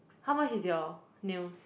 how much is your nails